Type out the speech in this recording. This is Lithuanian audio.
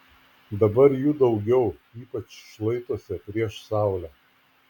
dabar jų daugiau ypač šlaituose prieš saulę